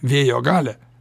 vėjo galią